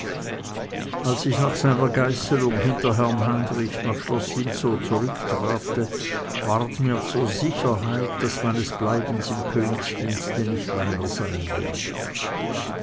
als ich nach jener geißelung hinter herrn heinrich nach schloß windsor zurücktrabte ward mir zur sicherheit daß meines bleibens im königsdienste nicht länger sein werde